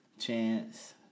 Chance